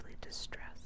distressed